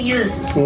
uses